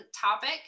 topic